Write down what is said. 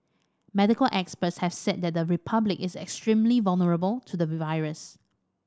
medical experts have said that the Republic is extremely vulnerable to the virus